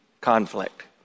conflict